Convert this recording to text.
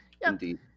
Indeed